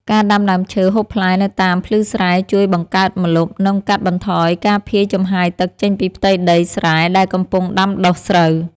ការដាំដើមឈើហូបផ្លែនៅតាមភ្លឺស្រែជួយបង្កើតម្លប់ និងកាត់បន្ថយការភាយចំហាយទឹកចេញពីផ្ទៃដីស្រែដែលកំពុងដាំដុះស្រូវ។